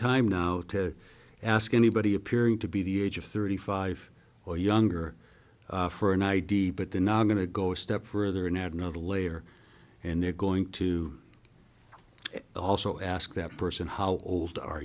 time now to ask anybody appearing to be the age of thirty five or younger for an id but they're not going to go a step further and add another layer and they're going to also ask that person how old are